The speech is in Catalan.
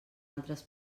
altres